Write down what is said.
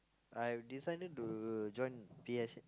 I've decided to join P_S_A